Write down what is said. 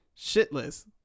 shitless